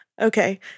Okay